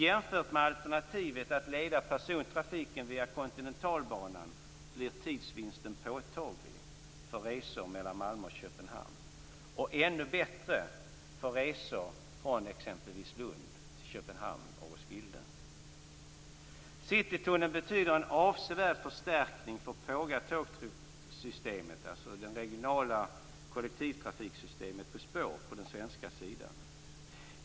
Jämfört med alternativet att leda persontrafiken via Kontinentalbanan blir tidsvinsten påtaglig för resor mellan Malmö och Köpenhamn och ännu bättre för resor från exempelvis Lund till Köpenhamn och Citytunneln innebär en avsevärd förstärkning av pågatågssystemet, alltså det regionala kollektivtrafiksystemet på spår på den svenska sidan.